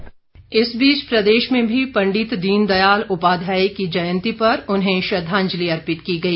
दीनदयाल श्रद्धांजलि इस बीच प्रदेश में भी पंडित दीनदयाल उपाध्याय की जयंती पर उन्हें श्रद्वांजलि अर्पित की गई